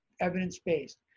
evidence-based